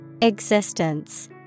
Existence